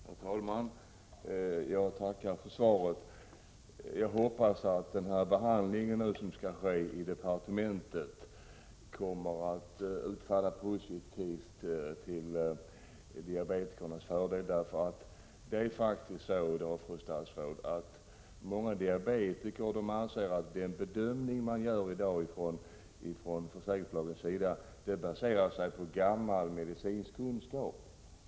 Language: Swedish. Herr talman! Jag tackar för svaret. Jag hoppas att den beredning som skall ske i departementet kommer att utfalla positivt, dvs. till diabetikernas fördel. Många diabetiker anser att det för närvarande faktiskt är så, fru statsråd, att den bedömning som försäkringsbolagen gör i sådana här fall baserar sig på gammal medicinsk kunskap.